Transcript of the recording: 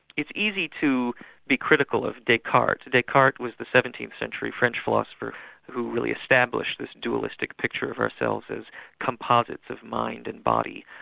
it's easy to be critical of descartes descartes was the seventeenth century french philosopher who really established this dualistic picture of ourselves as composites of mind and body,